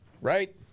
Right